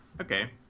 Okay